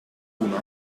alcuna